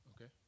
Okay